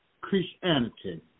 Christianity